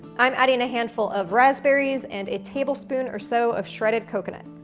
i'm adding a handful of raspberries and a tablespoon or so of shredded coconut.